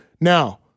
Now